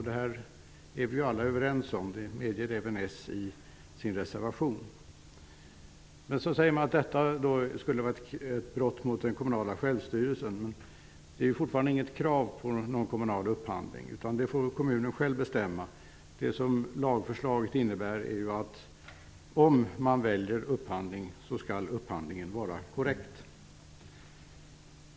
Det är vi alla överens om; det medger även Man säger att detta skulle utgöra ett brott mot den kommunala självstyrelsen. Men det finns fortfarande inget krav på någon kommunal upphandling. Det får kommunen själv bestämma. Lagförslaget innebär att upphandlingen, om man väljer en sådan, skall vara korrekt.